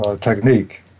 technique